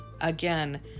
again